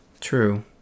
true